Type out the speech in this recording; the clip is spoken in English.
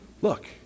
Look